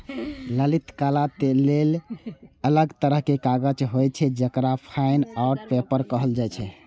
ललित कला लेल अलग तरहक कागज होइ छै, जेकरा फाइन आर्ट पेपर कहल जाइ छै